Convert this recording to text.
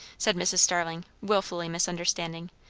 said mrs. starling, wilfully misunderstanding.